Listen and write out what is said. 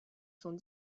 sont